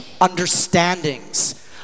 understandings